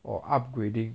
or upgrading